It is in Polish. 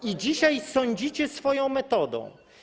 I dzisiaj sądzicie swoją metodą.